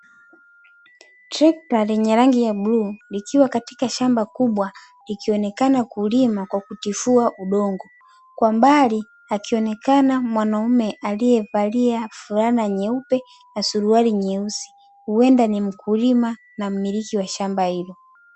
Trekta lenye rangi ya bluu likiwa katika shamba kubwa likionekana kulima kwa kutifua udongo, kwa mbali akionekana mwanaume aliyevalia fulana nyeupe na suruali nyeusi huenda ni mkulima na mmiliki wa shamba hilo.